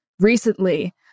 recently